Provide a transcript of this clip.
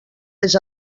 les